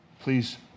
Please